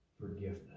forgiveness